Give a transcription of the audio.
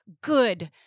good